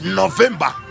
november